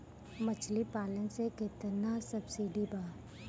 मछली पालन मे केतना सबसिडी बा?